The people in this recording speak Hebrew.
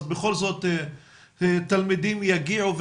אז בכל זאת תלמידים יגיעו.